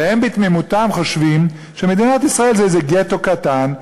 והם בתמימותם חושבים שמדינת ישראל זה איזה גטו קטן,